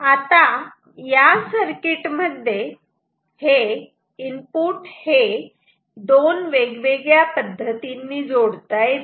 आता या सर्किटमध्ये इनपुट हे दोन वेगवेगळ्या पद्धतींनी जोडता येते